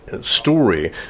story